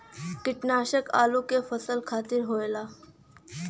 कीटनाशक आलू के फसल खातिर ठीक होला